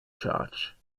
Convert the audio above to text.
charge